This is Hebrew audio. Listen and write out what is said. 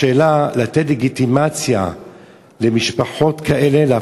השאלה: לתת לגיטימציה למשפחות כאלה, תודה רבה.